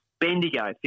Bendigo